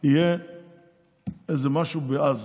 יהיה איזה משהו בעזה,